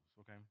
okay